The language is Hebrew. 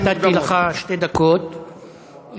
נחמן, נתתי לך שתי דקות יותר,